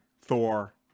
thor